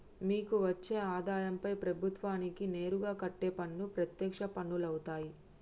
మీకు వచ్చే ఆదాయంపై ప్రభుత్వానికి నేరుగా కట్టే పన్ను ప్రత్యక్ష పన్నులవుతాయ్